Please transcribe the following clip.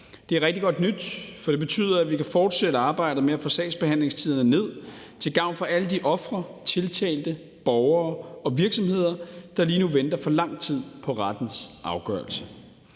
Det er rigtig godt nyt, for det betyder, at vi kan fortsætte arbejdet med at få sagsbehandlingstiderne ned til gavn for alle de ofre, tiltalte borgere og virksomheder, der lige nu venter for lang tid på rettens afgørelse.